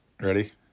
Ready